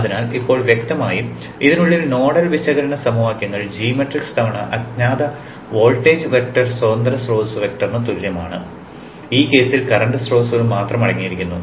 അതിനാൽ ഇപ്പോൾ വ്യക്തമായും ഇതിനുള്ള നോഡൽ വിശകലന സമവാക്യങ്ങൾ g മാട്രിക്സ് തവണ അജ്ഞാത വോൾട്ടേജ് വെക്റ്റർ സ്വതന്ത്ര സ്രോതസ്സു വെക്റ്ററിന് തുല്യമാണ് ഈ കേസിൽ കറന്റ് സ്രോതസ്സുകൾ മാത്രം അടങ്ങിയിരിക്കുന്നു